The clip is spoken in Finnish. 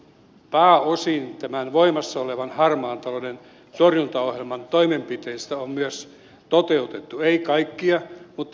pääosa tämän voimassa olevan harmaan talouden torjuntaohjelman toimenpiteistä on myös toteutettu ei kaikkia mutta pääosa